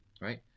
right